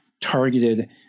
targeted